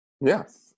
Yes